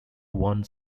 one